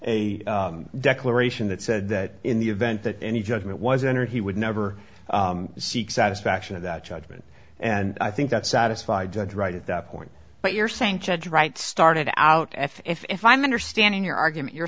a declaration that said that in the event that any judgment was entered he would never seek satisfaction of that judgment and i think that satisfied judge right at that point but you're saying judge wright started out as if i'm understanding your argument you're